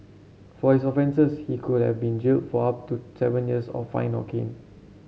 for his offences he could have been jailed for up to seven years or fined or caned